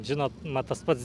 žinot man tas pats